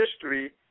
history